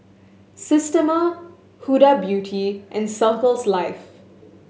Systema Huda Beauty and Circles Life